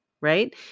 right